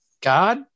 god